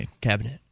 cabinet